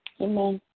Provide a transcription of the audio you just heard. Amen